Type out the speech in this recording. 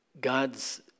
God's